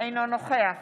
אינו נוכח